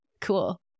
Cool